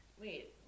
Wait